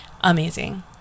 amazing